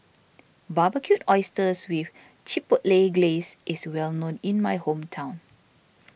Barbecued Oysters with Chipotle Glaze is well known in my hometown